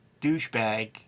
douchebag